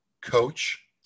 coach